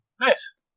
nice